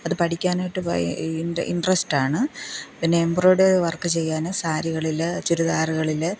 അത് പഠിക്കാനായിട്ട് ഇന്ട്രെസ്റ്റ് ആണ് പിന്നെ എംബ്രോയ്ഡ് വര്ക്ക് ചെയ്യാൻ സാരികളിൽ ചുരിദാറുകളിൽ